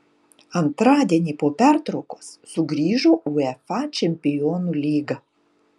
antradienį po pertraukos sugrįžo uefa čempionų lyga